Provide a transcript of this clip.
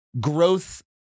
growth